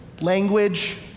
language